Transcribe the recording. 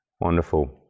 wonderful